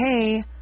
Hey